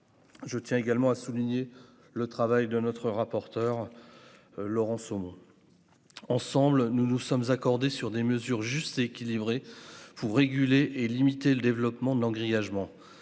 Je tiens également à souligner le travail de notre rapporteure. Laurenceau. Ensemble, nous nous sommes accordés sur des mesures justes équilibrés pour réguler et limiter le développement de l'an grièvement.